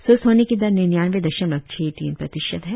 स्वस्थ होने की दर निन्यानबे दशमलव छह तीन प्रतिशत है